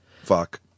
fuck